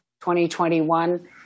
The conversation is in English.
2021